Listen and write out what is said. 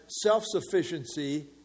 self-sufficiency